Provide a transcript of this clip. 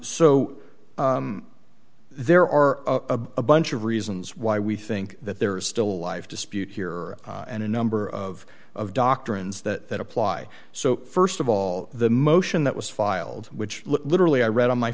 o there are a bunch of reasons why we think that there is still a life dispute here and a number of of doctrines that apply so st of all the motion that was filed which literally i read on my